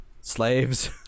slaves